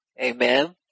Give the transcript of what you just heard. Amen